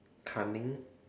cunning